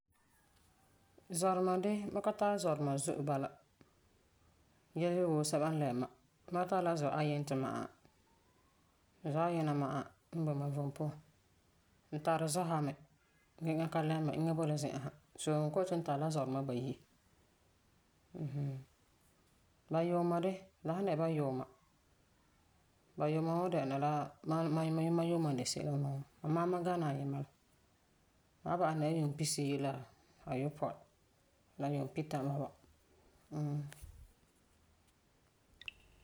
Zɔduma de, mam ka tari zɔduma zo'e bala yele yele wuu sɛba n lɛm ma. Mam tari la zɔ ayinti ma'a. Zɔ ayina ma'a n boi ma vom puan. N tari zɔ sa me gee eŋa ka lɛm ma boi la zi'an sa. So n kɔ'ɔm yeti n tari la zɔduma bayi. Ba yuuma de, la san dɛna ba yuuma ba yuuma wan dɛna la mam yuuma n de se'em la nuu amaa mam gani ayima la. A wan ba'asum dɛna la yuumpisiyi la ayopɔi la yuumpitã bɔba mm.